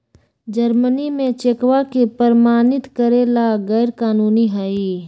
Germany में चेकवा के प्रमाणित करे ला गैर कानूनी हई